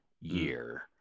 year